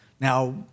Now